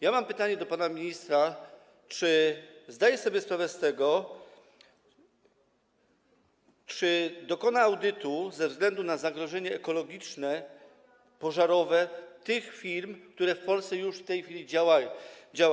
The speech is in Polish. Ja mam pytanie do pana ministra, czy zdaje sobie sprawę z tego i czy dokona ze względu na zagrożenie ekologiczne, pożarowe audytu tych firm, które w Polsce już w tej chwili działają.